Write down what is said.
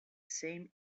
same